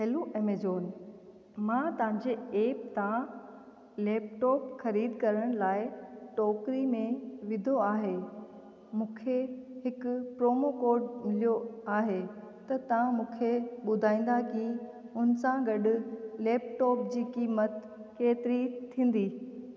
hello Amazon मां तांजे app तां लेपटॉप ख़रीद करण लाइ टोकरी में विधो आहे मूंखे हिकु प्रोमो कोड मिलियो आहे त तव्हां मूंखे ॿुधाईंदा की उनसां गॾु लेपटॉप जी क़ीमत केतिरी थींदी